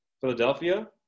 Philadelphia